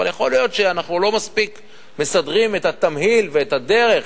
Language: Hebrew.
אבל יכול להיות שאנחנו לא מספיק מסדרים את התמהיל ואת הדרך